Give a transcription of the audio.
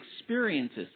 experiences